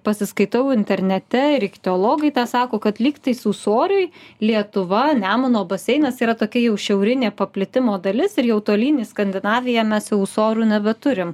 pasiskaitau internete ir ichtiologai tą sako kad lygtais ūsoriai lietuva nemuno baseinas yra tokia jau šiaurinė paplitimo dalis ir jau tolyn į skandinaviją mes jau ūsorių nebeturim